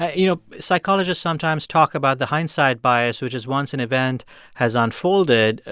ah you know, psychologists sometimes talk about the hindsight bias, which is once an event has unfolded,